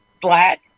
black